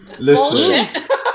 Listen